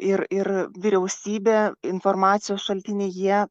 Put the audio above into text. ir ir vyriausybė informacijos šaltiniai jie